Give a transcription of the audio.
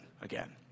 again